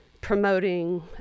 promoting